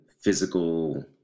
physical